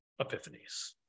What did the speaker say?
epiphanies